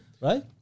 Right